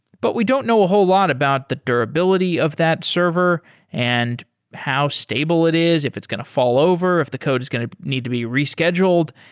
but we don't know a whole lot about the durability of that server and how stable it is, if it's going to fall over, if the code is going to need to be rescheduled?